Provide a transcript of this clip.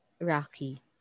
Rocky